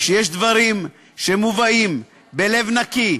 כשיש דברים שמובאים בלב נקי,